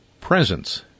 Presence